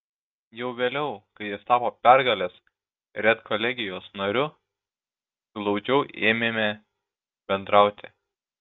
jau vėliau kai jis tapo pergalės redkolegijos nariu glaudžiau ėmėme bendrauti